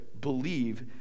believe